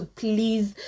please